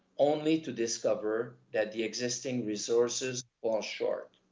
only to discover that the existing resources fall short.